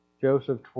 Joseph